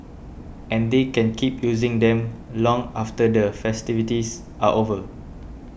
and they can keep using them long after the festivities are over